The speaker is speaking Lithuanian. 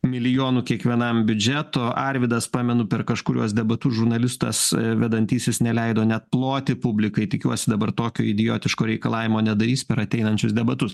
milijonų kiekvienam biudžeto arvydas pamenu per kažkuriuos debatus žurnalistas vedantysis neleido net ploti publikai tikiuosi dabar tokio idiotiško reikalavimo nedarys per ateinančius debatus